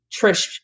Trish